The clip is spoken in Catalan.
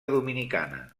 dominicana